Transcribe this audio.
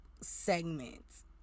segments